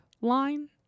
line